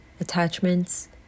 Attachments